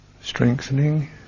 strengthening